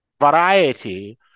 variety